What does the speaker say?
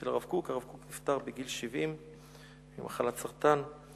הרב קוק נפטר בגיל 70 ממחלת הסרטן.